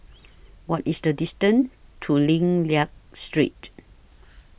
What IS The distance to Lim Liak Street